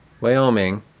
Wyoming